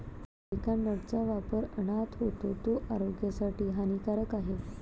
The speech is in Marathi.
अरेका नटचा वापर अन्नात होतो, तो आरोग्यासाठी हानिकारक आहे